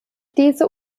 diese